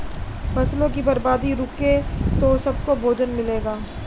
फसलों की बर्बादी रुके तो सबको भोजन मिलेगा